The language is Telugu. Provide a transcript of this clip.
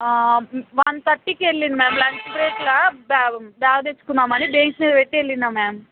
వన్ థర్టీకి వెళ్ళిన మ్యామ్ లంచ్ బ్రేక్లో బ్యా బ్యాగు తెచ్చుకుందాం అని బెంచ్ మీద పెట్టి వెళ్ళిన మ్యామ్